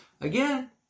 Again